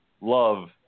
love